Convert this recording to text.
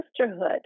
Sisterhood